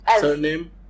surname